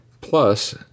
plus